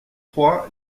trois